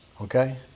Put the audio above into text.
Okay